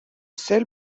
sel